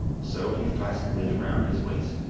so he fastened it round his waist,